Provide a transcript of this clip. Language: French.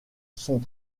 sont